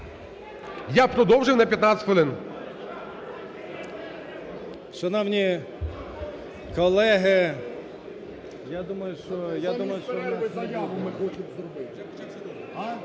Я продовжив на 15 хвилин.